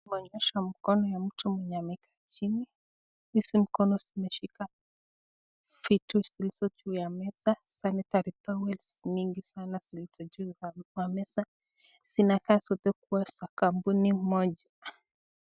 Tunaonyeshwa mkono ya mtu mwenye amekaa chini hizo mkono zimeshika vitu zilizo juu ya meza, (cs) sanitary towels (cs) mingi sana zilizo juu hapo kwa meza zinakaa zote kuwa sakampuni moja.